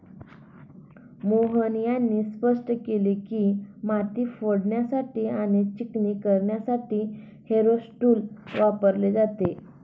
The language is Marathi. मोहन यांनी स्पष्ट केले की, माती फोडण्यासाठी आणि चिकणी करण्यासाठी हॅरो टूल वापरले जाते